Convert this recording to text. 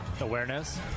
awareness